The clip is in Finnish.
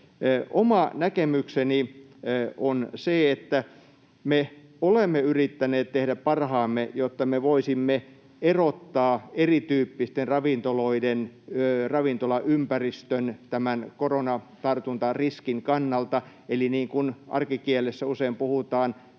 Oma näkemykseni on se, että me olemme yrittäneet tehdä parhaamme, jotta me voisimme erottaa erityyppisten ravintoloiden ravintolaympäristön koronatartuntariskin kannalta eli, niin kuin arkikielessä usein puhutaan,